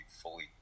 fully